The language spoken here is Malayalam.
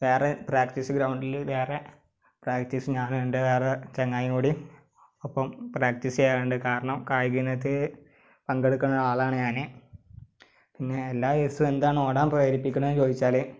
വേറെ പ്രാക്ടീസ് ഗ്രൗണ്ടില് വേറെ പ്രാക്ടീസ് ഞാനും എൻ്റെ വേറെ ചങ്ങാതിയും കൂടി ഒപ്പം പ്രാക്ടീസ് ചെയ്യാറുണ്ട് കാരണം കായികയിനത്തിൽ പങ്കെടുക്കുന്ന ആളാണ് ഞാന് പിന്നെ എല്ലാ ദിവസവും എന്താണ് ഓടാൻ പ്രേരിപ്പിക്കുന്നതെന്ന് ചോദിച്ചാല്